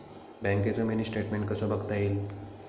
बँकेचं mini statement कसं बघता येईल?